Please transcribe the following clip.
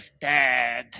Dad